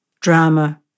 drama